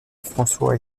françois